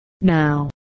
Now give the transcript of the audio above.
Now